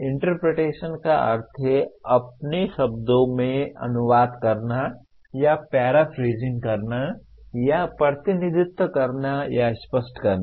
interpretation का अर्थ है अपने शब्दों में अनुवाद करना या प्याराफ्रैजिंग करना या प्रतिनिधित्व करना या स्पष्ट करना